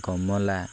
ଗମଲା